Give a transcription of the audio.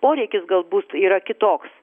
poreikis galbūt yra kitoks